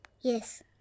Yes